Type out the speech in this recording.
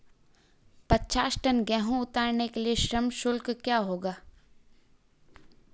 पचास टन गेहूँ उतारने के लिए श्रम शुल्क क्या होगा?